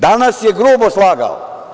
Danas je grubo slagao.